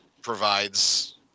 provides